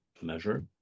measure